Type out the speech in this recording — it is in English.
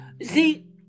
See